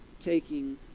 taking